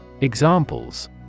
Examples